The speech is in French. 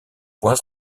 points